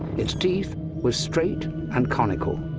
its teeth were straight and conical.